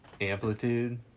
Amplitude